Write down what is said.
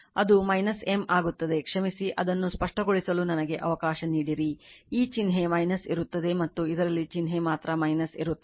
ಅದು M ಆಗುತ್ತದೆ ಕ್ಷಮಿಸಿ ಅದನ್ನು ಸ್ಪಷ್ಟಗೊಳಿಸಲು ನನಗೆ ಅವಕಾಶ ನೀಡಿರಿ ಈ ಚಿಹ್ನೆ ಇರುತ್ತದೆ ಮತ್ತು ಇದರಲ್ಲಿ ಚಿಹ್ನೆ ಮಾತ್ರ ಇರುತ್ತದೆ